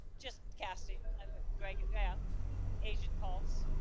just casting great. yeah agent calls.